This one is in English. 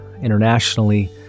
internationally